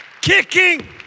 kicking